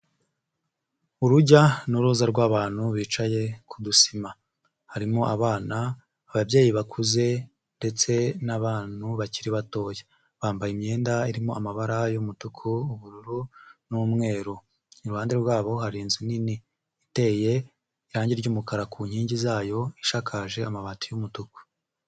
Urujya n'uruza rw'abantu bicaye ku dusima. Harimo abana, ababyeyi bakuze ndetse n'abantu bakiri batoya. Bambaye imyenda irimo amabara y'umutuku, ubururu n'umweru. Iruhande rwabo, hari inzu nini iteye irange ry'umukara ku inkingi zayo, ishakaje amabati y'umutuku.